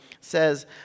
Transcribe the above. says